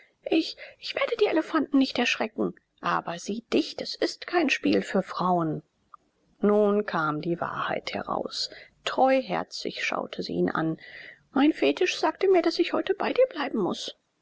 ich ich werde die elefanten nicht erschrecken aber sie dich das ist kein spiel für frauen nun kam die wahrheit heraus treuherzig schaute sie ihn an mein fetisch sagte mir daß ich heute bei dir bleiben muß